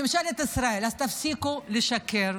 ממשלת ישראל, תפסיקו לשקר.